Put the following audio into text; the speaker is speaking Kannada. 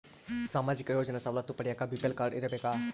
ಸಾಮಾಜಿಕ ಯೋಜನೆ ಸವಲತ್ತು ಪಡಿಯಾಕ ಬಿ.ಪಿ.ಎಲ್ ಕಾಡ್೯ ಇರಬೇಕಾ?